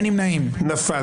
הצבעה לא אושרה נפל.